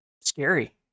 scary